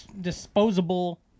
disposable